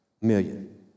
million